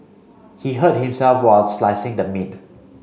he hurt himself while slicing the meat